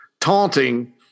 taunting –